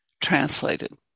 translated